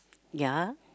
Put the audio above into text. ya